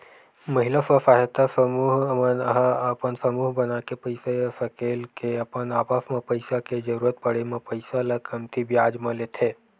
महिला स्व सहायता समूह मन ह अपन समूह बनाके पइसा सकेल के अपन आपस म पइसा के जरुरत पड़े म पइसा ल कमती बियाज म लेथे